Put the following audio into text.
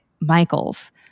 Michael's